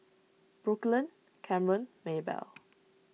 Brooklynn Camron Maybell